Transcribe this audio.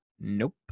Nope